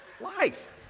life